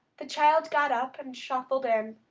the child got up and shuffled in.